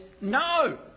no